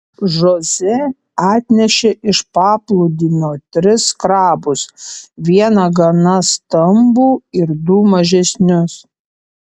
žoze atnešė iš paplūdimio tris krabus vieną gana stambų ir du mažesnius